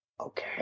okay